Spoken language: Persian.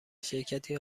شرکتی